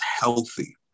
healthy